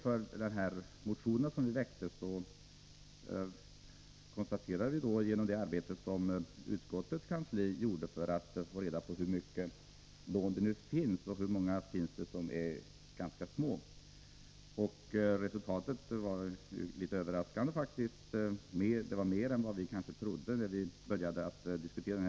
I de motioner som vi väckt i ärendet redovisar vi det arbete som utskottets kansli gjorde för att få reda på hur många lån som nu finns och hur många av dem som är ganska små. Resultatet blev faktiskt litet överraskande. Det visade sig att det var fler lån än vi trodde när vi började diskutera idén.